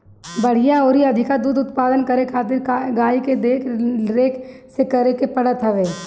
बढ़िया अउरी अधिका दूध उत्पादन करे खातिर गाई के देख रेख निक से करे के पड़त हवे